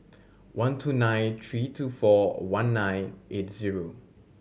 one two nine three two four one nine eight zero